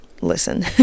listen